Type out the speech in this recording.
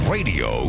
Radio